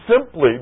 simply